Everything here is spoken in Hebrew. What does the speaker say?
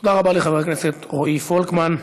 תודה רבה לחבר הכנסת רועי פולקמן.